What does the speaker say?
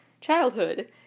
childhood